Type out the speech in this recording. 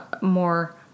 more